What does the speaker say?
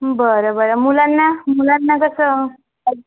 बरं बरं मुलांना मुलांना कसं